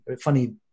funny